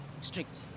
strict